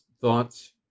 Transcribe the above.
thoughts